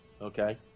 okay